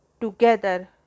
together